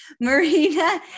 Marina